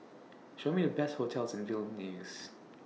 Show Me The Best hotels in Vilnius